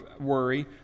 worry